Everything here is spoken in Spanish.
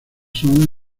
son